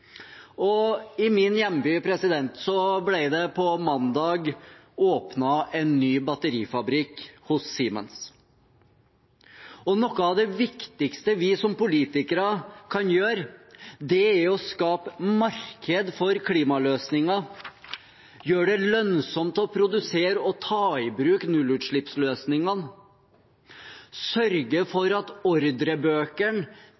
I min hjemby ble det på mandag åpnet en ny batterifabrikk hos Siemens. Noe av det viktigste vi som politikere kan gjøre, er å skape marked for klimaløsninger, gjøre det lønnsomt å produsere og ta i bruk nullutslippsløsninger, sørge